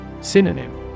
Synonym